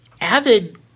avid